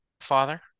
father